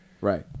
Right